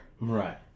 Right